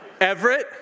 Everett